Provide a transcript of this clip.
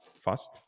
fast